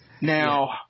Now